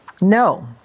No